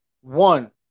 one